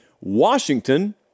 Washington